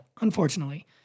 unfortunately